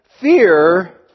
fear